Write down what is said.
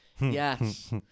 yes